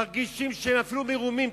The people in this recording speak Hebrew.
מרגישים שנפלו מרומים,